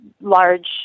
large